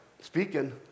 Speaking